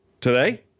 today